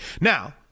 Now